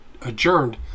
adjourned